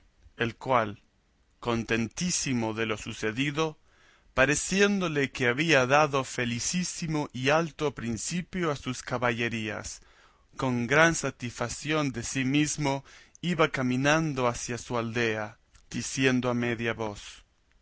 el cual contentísimo de lo sucedido pareciéndole que había dado felicísimo y alto principio a sus caballerías con gran satisfación de sí mismo iba caminando hacia su aldea diciendo a media voz